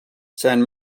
san